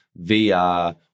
VR